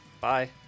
Bye